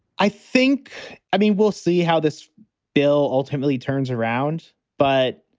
i think i mean, we'll see how this bill ultimately turns around, but.